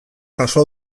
jaso